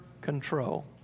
control